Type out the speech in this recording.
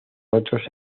otros